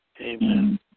Amen